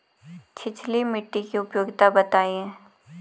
छिछली मिट्टी की उपयोगिता बतायें?